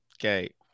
Okay